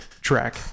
track